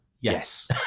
yes